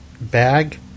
bag